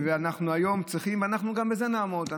ואנחנו היום צריכים, אנחנו גם בזה נעמוד.